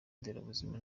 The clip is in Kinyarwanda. nderabuzima